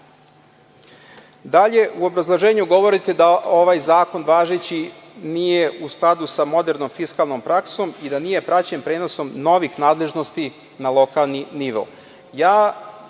u obrazloženju govorite da ovaj važeći zakon nije u skladu sa modernom fiskalnom praksom i da nije praćen prenosom novih nadležnosti na lokalni nivo.